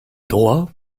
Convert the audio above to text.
droits